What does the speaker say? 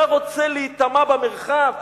אתה רוצה להיטמע במרחב,